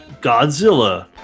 Godzilla